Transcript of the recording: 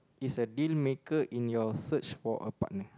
is a dealmaker in your search for a partner